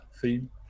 theme